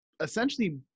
essentially